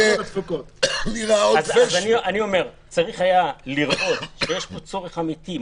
אני אומר שצריך היה לראות שיש פה צורך אמיתי,